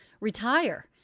retire